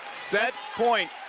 set point.